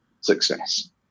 success